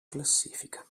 classifica